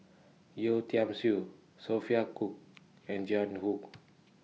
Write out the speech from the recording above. Yeo Tiam Siew Sophia Cooke and Jiang Hu